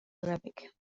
arabic